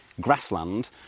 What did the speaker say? grassland